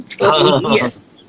Yes